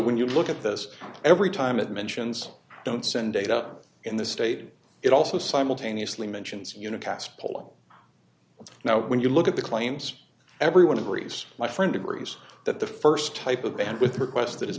when you look at this every time it mentions don't send data in this state it also simultaneously mentions unicast poll now when you look at the claims everyone agrees my friend agrees that the first type of bandwidth request that i